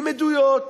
עם עדויות,